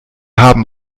haben